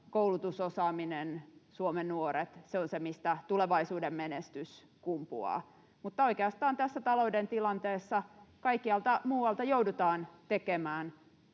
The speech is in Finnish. koulutus, osaaminen ja Suomen nuoret ovat se, mistä tulevaisuuden menestys kumpuaa. Mutta oikeastaan tässä talouden tilanteessa kaikkialta muualta joudutaan tekemään